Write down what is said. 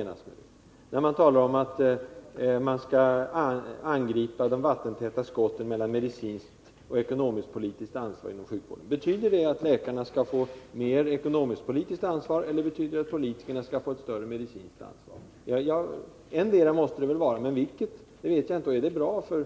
Eller vad menas med att man skall angripa de vattentäta skotten mellan medicinskt och ekonomiskt-politiskt ansvar inom sjukvården? Betyder det att läkarna skall få mer ekonomiskt-politiskt ansvar eller betyder det att politikerna skall få ett större medicinskt ansvar? Ettdera måste det väl vara, men vilket vet jag inte. Och är detta bra för